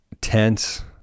tense